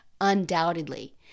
Undoubtedly